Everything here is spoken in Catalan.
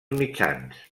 mitjans